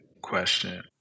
question